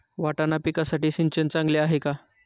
वाटाणा पिकासाठी सिंचन चांगले आहे का?